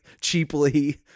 cheaply